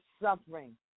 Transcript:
suffering